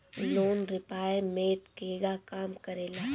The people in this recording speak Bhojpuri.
लोन रीपयमेंत केगा काम करेला?